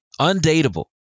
undateable